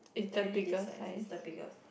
literally this size is the biggest